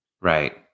Right